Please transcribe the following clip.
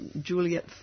Juliet